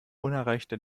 unerreichter